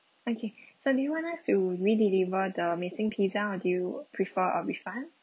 okay so do you want us to redeliver the missing pizza or do you prefer a refund